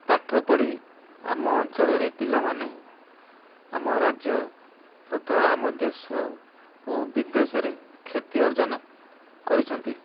ପାଠ ପଢ଼ି ଆମ ଅଞ୍ଚଳରେ ପିଲାମାନେ ଆମ ରାଜ୍ୟ ତଥା ଆମ ଦେଶ ଓ ବିଦେଶରେ ଖ୍ୟାତି ଅର୍ଜନ କରିଛନ୍ତି